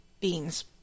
beans